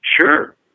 Sure